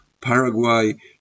Paraguay